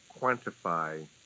quantify